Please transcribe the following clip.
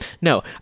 no